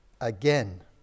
again